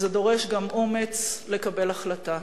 וזה דורש גם אומץ לקבל החלטה.